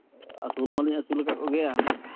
ᱟᱹᱥᱩᱞ ᱢᱟᱞᱤᱧ ᱟᱹᱥᱩᱞᱟᱠᱟᱫ ᱠᱚᱜᱮᱭᱟ